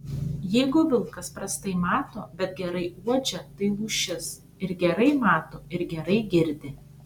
jeigu vilkas prastai mato bet gerai uodžia tai lūšis ir gerai mato ir gerai girdi